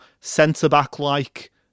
centre-back-like